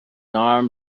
arm